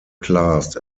classed